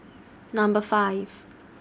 Number five